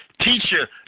Teacher